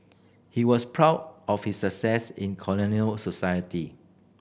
he was proud of his success in colonial society